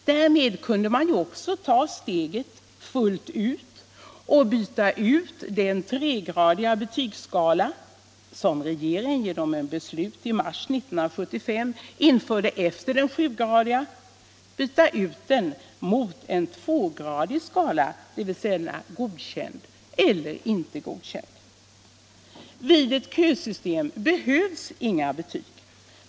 Därmed kunde man även ta steget fullt ut och byta ut den tregradiga betygsskala, som regeringen genom beslut i mars 1975 införde efter den sjugradiga, mot en tvågradig skala — dvs. godkänd eller inte godkänd. Vid ett kösystem behövs inga betyg.